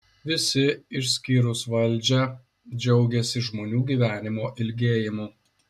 visi išskyrus valdžią džiaugiasi žmonių gyvenimo ilgėjimu